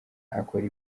akora